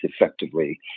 effectively